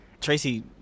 Tracy